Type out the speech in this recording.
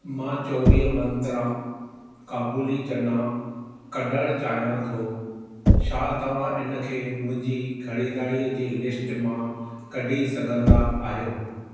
मां चोवीह मंत्रा काबुली चना कढणु चाहियां थो छा तव्हां इन खे मुंहिंजी ख़रीदारी जी लिस्टु मां कढी सघंदा आहियो